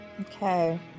Okay